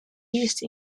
used